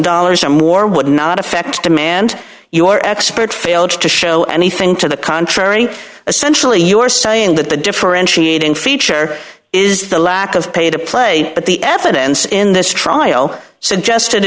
dollars or more would not affect demand your expert failed to show anything to the contrary essentially you're saying that the differentiating feature is the lack of pay to play but the evidence in this trial suggested